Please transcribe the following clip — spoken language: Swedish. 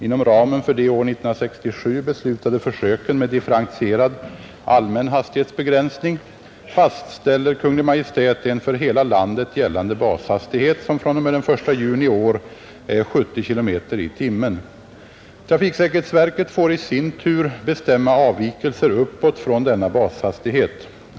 Inom ramen för de år 1967 beslutade försöken med differentierad allmän hastighetsbegränsning fastställer Kungl. Maj:t en för hela landet gällande bashastighet, som fr.o.m. den 1 juni i år är 70 kilometer i timmen. Trafiksäkerhetsverket får i sin tur bestämma avvikelser uppåt från denna bashastighet.